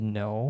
no